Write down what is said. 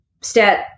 stat